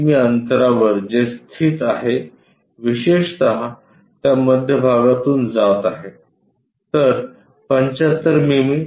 अंतरावर जे स्थित आहे विशेषत त्या मध्यभागातून जात आहे तर 75 मिमी 70 मिमी